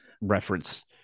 reference